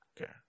Okay